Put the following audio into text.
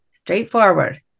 straightforward